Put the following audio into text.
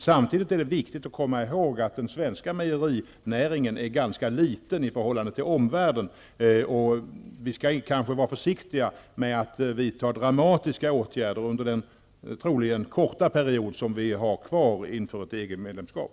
Samtidigt är det viktigt att komma ihåg att den svenska mejerinäringen är ganska liten i förhållande till omvärldens, och vi skall kanske vara försiktiga med att vidta dramatiska åtgärder under den troligen korta period som vi har kvar inför ett EG-medlemskap.